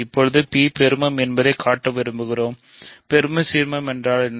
இப்போது P பெருமம் என்பதைக் காட்ட விரும்புகிறேன் பெரும சீர்மம் என்றால் என்ன